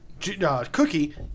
Cookie